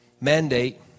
mandate